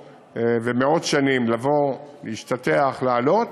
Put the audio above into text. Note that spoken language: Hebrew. ומאות שנים רצו לבוא, להשתטח, לעלות,